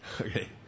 Okay